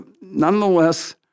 Nonetheless